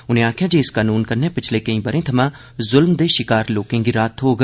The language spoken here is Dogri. उनें आक्खेआ जे इस कानून कन्नै पिछले कई बरें थमां जुल्म दे शिकार लोकें गी राहत थ्हौग